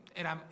era